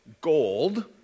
gold